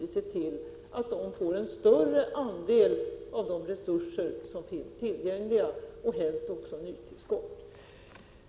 tillseende av att dessa får en större andel av tillgängliga resurser och helst också nytillskott.